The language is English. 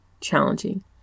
challenging